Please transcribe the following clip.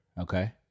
Okay